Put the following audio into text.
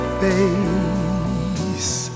face